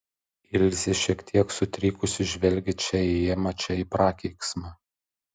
ilzė šiek tiek sutrikusi žvelgė čia į emą čia į prakeiksmą